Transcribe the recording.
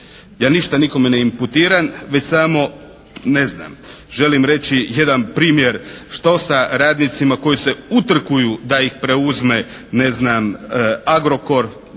Ja ništa nikome ne imputiram već samo, ne znam. Želim reći jedan primjer što sa radnicima koji se utrkuju da ih preuzme, ne znam, Agrokor,